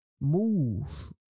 move